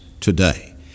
today